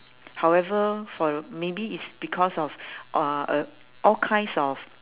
however for maybe it's because of ah uh all kinds of